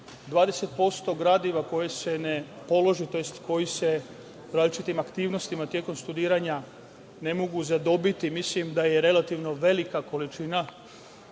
gradiva koje se ne položi, tj. koje se različitim aktivnostima tokom studiranja ne mogu zadobiti mislim da je relativna količina